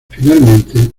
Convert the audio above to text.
finalmente